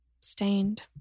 Stained